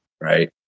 right